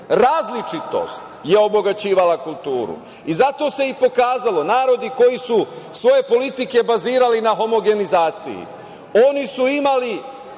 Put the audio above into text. Različitost je obogaćivala kulturu. Zato se i pokazalo, narodi koji su svoje politike bazirali na homogenizaciji, oni su imali